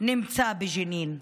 נמצא בג'נין,